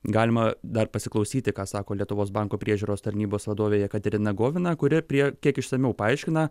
galima dar pasiklausyti ką sako lietuvos banko priežiūros tarnybos vadovė jekaterina govina kuri prie kiek išsamiau paaiškina